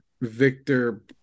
Victor